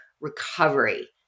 recovery